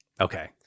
Okay